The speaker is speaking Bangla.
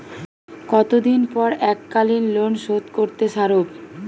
কতদিন পর এককালিন লোনশোধ করতে সারব?